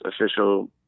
official